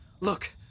Look